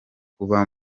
kuba